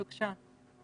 בבקשה.